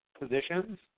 positions